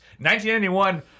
1991